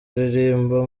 aririmba